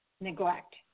neglect